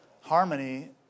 Harmony